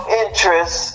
interest